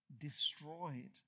destroyed